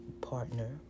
partner